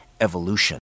evolution